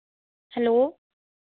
hello